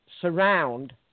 surround